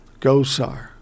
Gosar